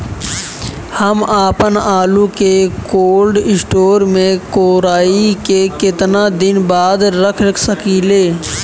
हम आपनआलू के कोल्ड स्टोरेज में कोराई के केतना दिन बाद रख साकिले?